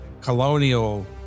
colonial